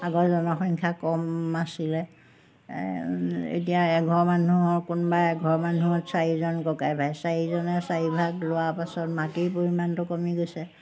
আগৰ জনসংখ্যা কম আছিলে এতিয়া এঘৰ মানুহৰ কোনোবা এঘৰ মানুহত চাৰিজন ককাই ভাই চাৰিজনে চাৰিভাগ লোৱাৰ পাছত মাটিৰ পৰিমাণটো কমি গৈছে